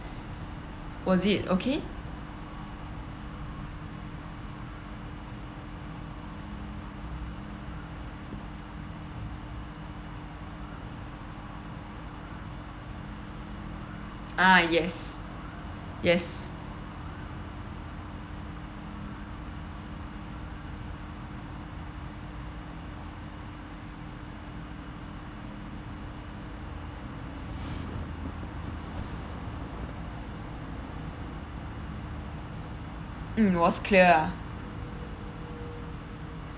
was it okay uh yes yes mm was clear uh